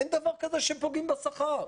אין דבר הזה שפוגעים בשכר.